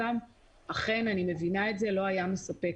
אכן לא היה מספק,